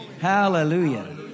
Hallelujah